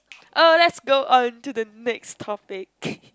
oh let's go on to the next topic